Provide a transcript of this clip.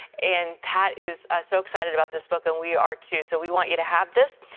and pat is ah so excited about this book. and we are, too. so we want you to have this.